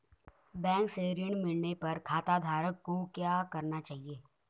Bank से ऋण मिलने पर खाताधारक को क्या करना चाहिए?